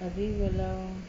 abeh kalau